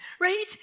Right